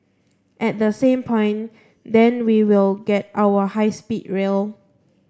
at the same point then we will get our high speed rail